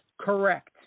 correct